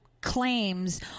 claims